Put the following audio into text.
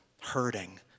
hurting